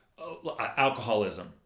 alcoholism